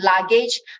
luggage